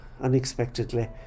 unexpectedly